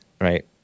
right